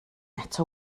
eto